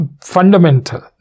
fundamental